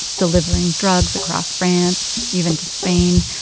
delivering drugs across france, even to spain.